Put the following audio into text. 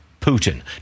Putin